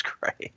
great